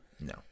No